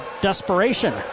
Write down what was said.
desperation